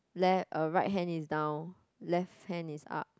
le~ uh right hand is down left hand is up